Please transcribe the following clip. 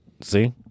See